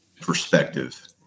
perspective